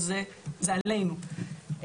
וזה עלינו,